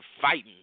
fighting